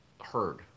heard